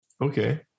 Okay